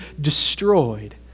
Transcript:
destroyed